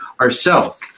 ourself